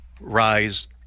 Rise